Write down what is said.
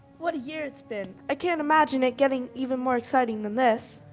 what a year it's been. i can't imagine it getting even more exciting than this.